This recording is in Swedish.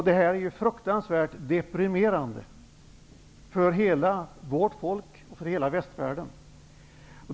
Det är fruktansvärt deprimerande för hela vårt folk och hela västvärlden.